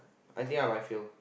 I think I might fail